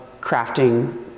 crafting